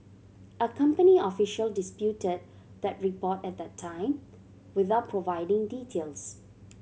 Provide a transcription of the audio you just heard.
a company official disputed that report at the time without providing details